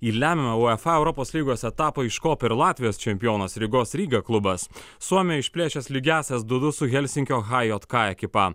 į lemiamą uefa europos lygos etapą iškopė ir latvijos čempionas rygos ryga klubas suomijoj išplėšęs lygiąsias du du su helsinkio hjk ekipa